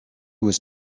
was